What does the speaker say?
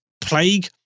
plague